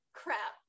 crap